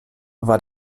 war